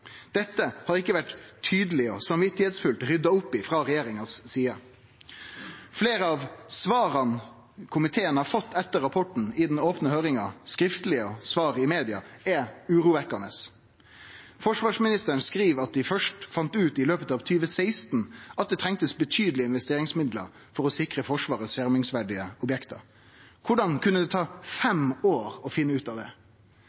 Dette har ikkje vore tydeleg og samvitsfullt rydda opp i frå regjeringa si side. Fleire av svara komiteen har fått etter rapporten – i den opne høyringa, skriftleg og gjennom svar i media – er urovekkjande. Forsvarsministeren skriv at dei først i løpet av 2016 fann ut at ein trong betydelege investeringsmidlar for å sikre Forsvarets skjermingsverdige objekt. Korleis kunne det ta fem år å finne ut av det?